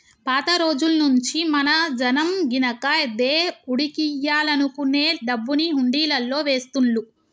పాత రోజుల్నుంచీ మన జనం గినక దేవుడికియ్యాలనుకునే డబ్బుని హుండీలల్లో వేస్తుళ్ళు